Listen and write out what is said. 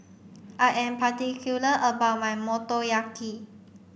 I am particular about my Motoyaki